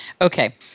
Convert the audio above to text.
Okay